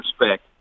respect